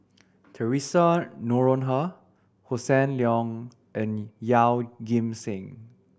Theresa Noronha Hossan Leong and Yeoh Ghim Seng